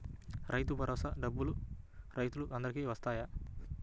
రైతు భరోసా డబ్బులు రైతులు అందరికి వస్తాయా?